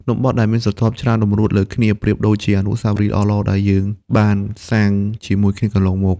នំបទ ដែលមានស្រទាប់ច្រើនតម្រួតលើគ្នា ប្រៀបដូចជាអនុស្សាវរីយ៍ល្អៗដែលយើងបានសាងជាមួយគ្នាកន្លងមក។